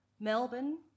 Melbourne